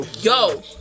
Yo